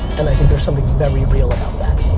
and i think there's something very real about that.